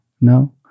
no